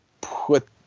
put